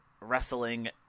wrestling